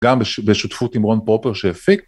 גם בשותפות עם רון פרופר שהפיק.